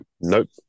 Nope